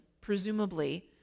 presumably